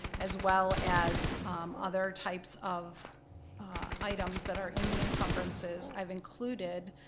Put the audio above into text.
as well as other types of items that are in the encumbrances, i've included,